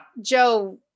joe